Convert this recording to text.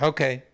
Okay